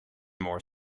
more